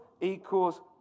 equals